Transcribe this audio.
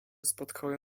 spotkały